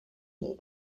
more